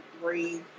breathe